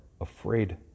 afraid